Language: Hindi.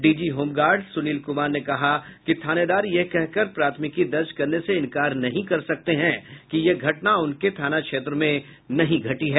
डीजी होमगार्ड सुनील कुमार ने कहा कि थानेदार यह कहकर प्राथमिकी दर्ज करने से इंकार नहीं कर सकते हैं कि यह घटना उनके थाना क्षेत्र में नहीं घटी है